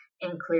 include